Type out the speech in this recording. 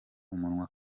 umunwa